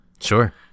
Sure